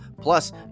Plus